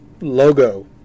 logo